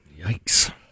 yikes